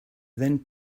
then